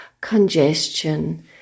congestion